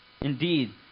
indeed